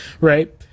right